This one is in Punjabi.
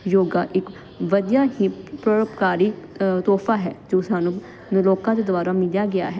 ਯੋਗਾ ਇੱਕ ਵਧੀਆ ਹੀ ਪਰਉਪਕਾਰੀ ਤੋਹਫਾ ਹੈ ਜੋ ਸਾਨੂੰ ਜੋ ਲੋਕਾਂ ਦੇ ਦੁਆਰਾ ਮਿਧਿਆ ਗਿਆ ਹੈ